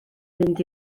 fynd